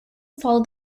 follow